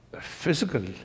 physical